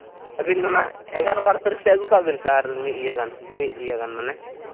ᱟᱹᱵᱤᱱ ᱚᱱᱟ ᱮᱜᱟᱨᱚ ᱵᱟᱨᱚ ᱛᱟᱹᱨᱤᱠᱷ ᱥᱮᱫ ᱟᱹᱜᱩ ᱥᱮᱫ ᱠᱟᱜ ᱵᱤᱱ ᱥᱮ ᱟᱨ ᱢᱤᱫ ᱤᱭᱟᱹ ᱜᱟᱱ ᱢᱤᱫ ᱤᱭᱟᱹ ᱜᱟᱱ ᱢᱟᱱᱮ